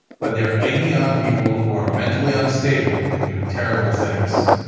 but they are egging on people who are mentally unstable to do terrible things.